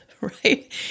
right